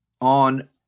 on